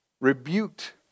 rebuked